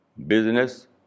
business